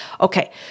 Okay